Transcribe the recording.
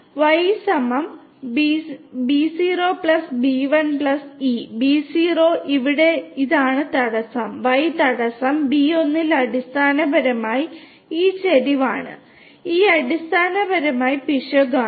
അതിനാൽ Y B0 B1 e B0 ഇതാണ് ഇവിടെ തടസ്സം Y തടസ്സം ബി 1 അടിസ്ഥാനപരമായി ഈ ചരിവാണ് ഇ അടിസ്ഥാനപരമായി പിശകാണ്